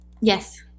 Yes